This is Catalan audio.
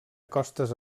costes